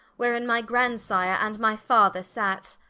wherein my grandsire and my father sat?